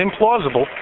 implausible